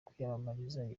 kwiyamamariza